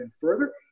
further